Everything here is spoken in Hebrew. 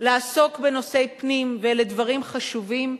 לעסוק בנושאי פנים, ואלה דברים חשובים,